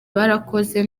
barakoze